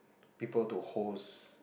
people to host